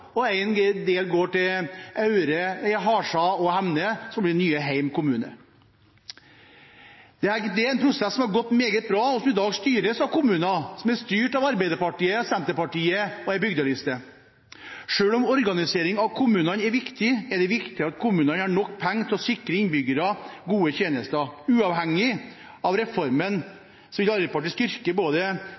Hitra, og en del går til Aure, Halsa og Hemne, som blir den nye Heim kommune. Det er en prosess som har gått meget bra, og som i dag ledes av kommuner som er styrt av Arbeiderpartiet, Senterpartiet og en bygdeliste. Selv om organisering av kommunene er viktig, er det viktigere at kommunene har nok penger til å sikre innbyggerne gode tjenester. Uavhengig av reformen vil Arbeiderpartiet styrke både